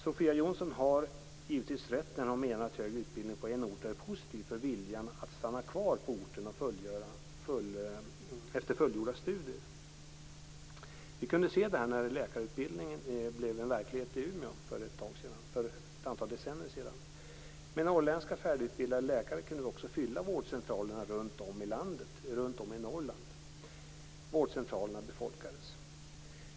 Sofia Jonsson har givetvis rätt när hon menar att högre utbildning på en ort är positiv för viljan att stanna kvar på orten efter fullgjorda studier. Detta kunde vi se när läkarutbildningen blev verklighet i Umeå för ett antal decennier sedan. Med norrländska färdigutbildade läkare kunde vi också fylla vårdcentralerna runtom i Norrland. Vårdcentralerna befolkades.